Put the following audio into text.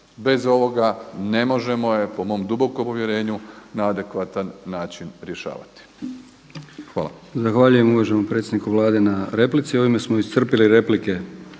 Bez ovoga ne možemo je po mom dubokom uvjerenju na adekvatan način rješavati.